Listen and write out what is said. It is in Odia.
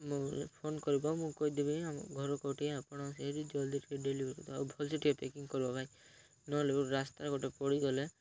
ମୁଁ ଫୋନ୍ କରିବ ମୁଁ କହିଦେବି ଆମ ଘର କେଉଁଠି ଆପଣ ସେହି ଜଲ୍ଦି ଟିକେ ଡେଲିଭରି ଦେବାକୁ ଭଲ ସେ ଟିକେ ପ୍ୟାକିଂ ଭାଇ ନହେଲେ ଗୋଟେ ରାସ୍ତାରେ ଗୋଟେ ପୋଡ଼ିଦେଲେ